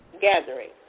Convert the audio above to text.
gathering